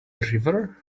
river